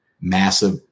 massive